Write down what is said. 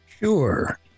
Sure